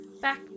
Back